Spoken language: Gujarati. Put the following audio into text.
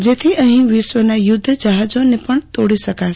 જેથી અહીં વિશ્વના યુધ્ધ જહાજોને પણ તોડી શકાશે